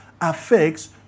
affects